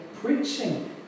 preaching